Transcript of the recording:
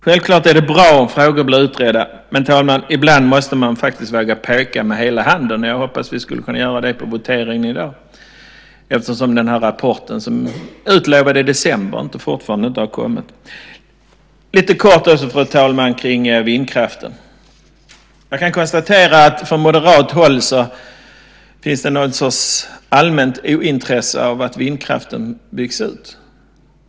Självklart är det bra om frågor blir utredda. Men ibland, fru talman, måste man faktiskt våga peka med hela handen. Jag hoppas att vi skulle kunna göra det på voteringen i dag, eftersom den rapport som är utlovad till december fortfarande inte har kommit. Fru talman! Lite kort kring vindkraften. Man kan konstatera att det från moderat håll finns någon sorts allmänt ointresse av att vindkraften byggs ut.